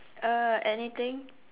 uh anything